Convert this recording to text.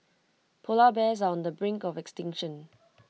Polar Bears on the brink of extinction